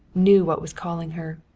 knew what was calling her.